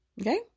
Okay